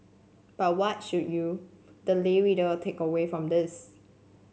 but what should you the lay reader take away from this